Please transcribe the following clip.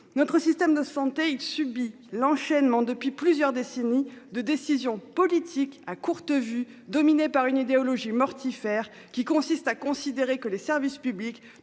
Notre système de santé il subit l'enchaînement depuis plusieurs décennies de décision politique à courte vue dominée par une idéologie mortifère qui consiste à considérer que les services publics